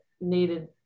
needed